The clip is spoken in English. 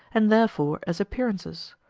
and therefore as appearances,